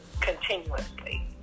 continuously